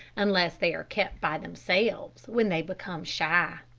unless they are kept by themselves, when they become shy.